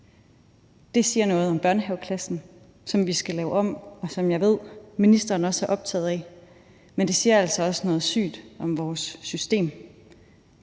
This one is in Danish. Det siger noget om børnehaveklassen, som vi skal lave om, og som jeg også ved at ministeren er optaget af, men det siger altså også, at der er noget sygt i vores system.